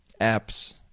apps